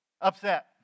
upset